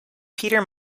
peter